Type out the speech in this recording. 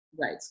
Right